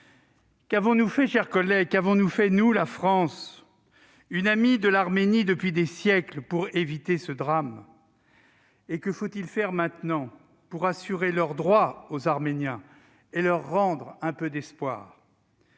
tragédie. Mes chers collègues, qu'a fait la France, une amie de l'Arménie depuis des siècles, pour éviter ce drame ? Et que faut-il faire maintenant pour assurer leurs droits aux Arméniens et leur rendre un peu d'espoir ?